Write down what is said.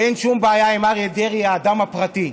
ואין שום בעיה עם אריה דרעי האדם הפרטי.